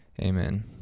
amen